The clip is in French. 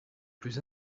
plus